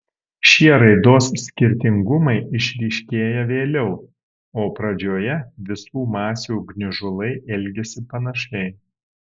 šie raidos skirtingumai išryškėja vėliau o pradžioje visų masių gniužulai elgiasi panašiai